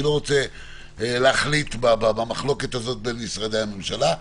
אני לא רוצה להחליט במחלוקת הזאת בין משרדי הממשלה.